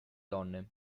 donne